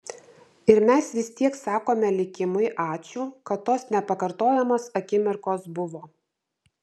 ir mes vis tiek sakome likimui ačiū kad tos nepakartojamos akimirkos buvo